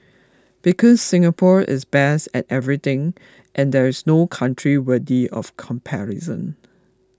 because Singapore is best at everything and there is no country worthy of comparison